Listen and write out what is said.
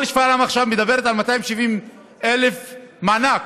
כל שפרעם עכשיו מדברת על 270,000 שקל מענק,